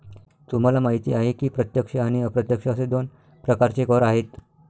तुम्हाला माहिती आहे की प्रत्यक्ष आणि अप्रत्यक्ष असे दोन प्रकारचे कर आहेत